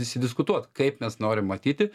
išsidiskutuot kaip mes norim matyti